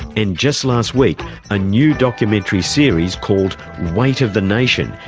and just last week a new documentary series, called weight of the nation,